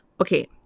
Okay